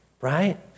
right